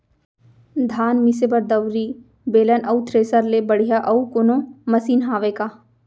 धान मिसे बर दउरी, बेलन अऊ थ्रेसर ले बढ़िया अऊ कोनो मशीन हावे का?